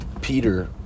Peter